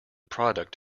product